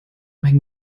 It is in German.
hängen